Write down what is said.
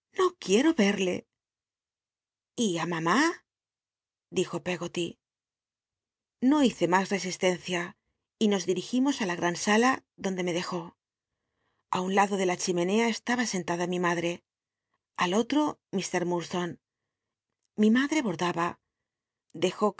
no quiero y y ü mamá dijo peggoty no hice mas resistencia y no ditigimos ü la gran sala donde me dejó a un lado de la chimenea estaba sentada mi madre al otro ml mi madre bordaba dejó